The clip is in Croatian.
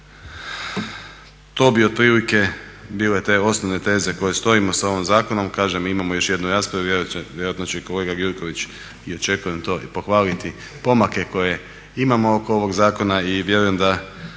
To bi otprilike bile te osnovne teze koje stojimo s ovim zakonom. Kažem, imamo još jednu raspravu, vjerojatno će i kolega Gjurković, i očekujem to, i pohvaliti pomake koje imamo oko ovog zakona i vjerujem da